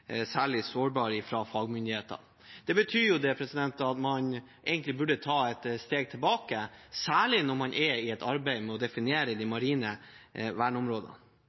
særlig sårbare av fagmyndighetene. Det betyr at man egentlig burde ta et steg tilbake, særlig når man er i et arbeid med å definere de marine verneområdene.